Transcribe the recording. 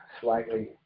slightly